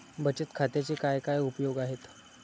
बचत खात्याचे काय काय उपयोग आहेत?